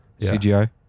CGI